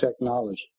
technology